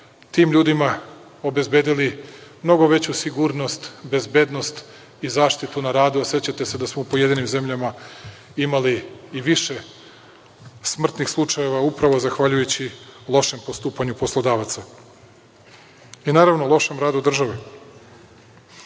tim ljudima obezbedili mnogo veću sigurnost, bezbednost i zaštitu na radu, a sećate se da smo u pojedinim zemljama imali i više smrtnih slučajeva upravo zahvaljujući lošem postupanju poslodavaca i, naravno, lošem radu države. Takođe,